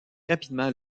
rapidement